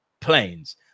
planes